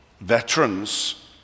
veterans